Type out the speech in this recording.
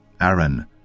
Aaron